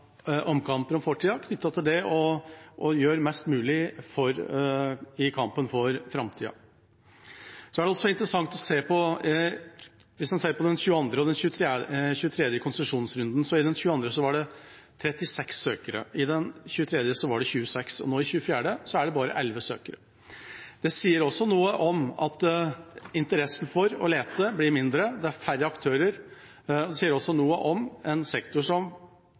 det, og det å gjøre mest mulig i kampen for framtida. Det er også interessant å se på den 22. og den 23. konsesjonsrunden: I den 22. var det 36 søkere. I den 23. var det 26. Og nå, i den 24., er det bare 11 søkere. Det sier noe om at interessen for å lete blir mindre, det er færre aktører. Det sier også noe om en sektor som